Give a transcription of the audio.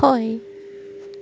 হয়